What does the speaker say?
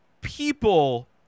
people